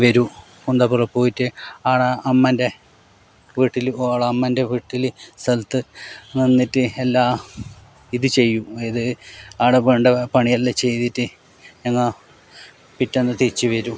വരും കുന്താപ്പുറ പോയിട്ട് ആടെ അമ്മേൻ്റെ വീട്ടിൽ ഓള അമ്മൻ്റെ വീട്ടിൽ സ്ഥലത്ത് നിന്നിട്ടു എല്ലാ ഇതു ചെയ്യും ഏത് ആടെ വേണ്ട പണിയെല്ലാം ചെയ്തിട്ട് ഞങ്ങൾ പിറ്റേന്നു തിരിച്ചു വരും